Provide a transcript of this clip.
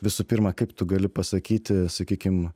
visų pirma kaip tu gali pasakyti sakykim